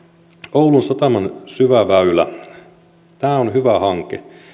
oulun sataman syväväylä on hyvä hanke